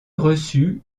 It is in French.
reçu